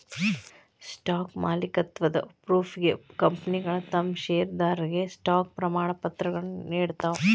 stock ಮಾಲೇಕತ್ವದ ಪ್ರೂಫ್ಗೆ ಕಂಪನಿಗಳ ತಮ್ ಷೇರದಾರರಿಗೆ ಸ್ಟಾಕ್ ಪ್ರಮಾಣಪತ್ರಗಳನ್ನ ನೇಡ್ತಾವ